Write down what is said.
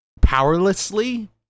powerlessly